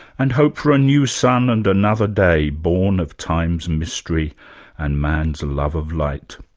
and hope for a new sun and another day born of time's mystery and man's love of light'.